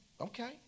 okay